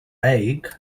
egg